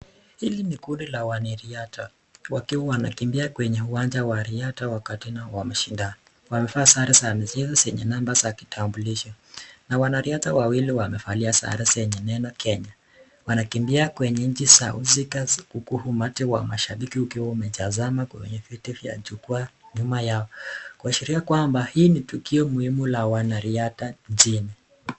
Hili ni kundi la wanariadha wakiwa wanakimbia kwenye uwanja wa riadha wakati wa mashindano. Wamevaa sare za kucheza zenye namba za kitambulisho. Na wanariadha wawili wamevalia sare zenye neno kenya. Wanakimbia kwenye nchi za uzika huku umati wa mashabiki ukiwa wamejazana kwenye viti vya jukwaa nyuma yao kuashiria kwamba hii ni tukio muhimu la wanariadha nchini.